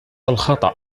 الخطأ